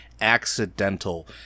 accidental